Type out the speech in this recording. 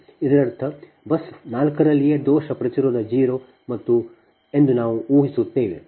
ಇದರರ್ಥ ಬಸ್ 4 ರಲ್ಲಿಯೇ ದೋಷ ಪ್ರತಿರೋಧ 0 ಎಂದು ನಾವು ಊ ಹಿಸುತ್ತೇವೆ